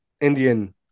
Indian